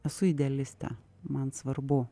esu idealistė man svarbu